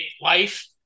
life